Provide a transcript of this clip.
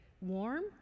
warm